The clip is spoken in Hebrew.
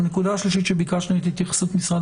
הנקודה השלישית שביקשנו את התייחסות משרד